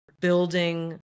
building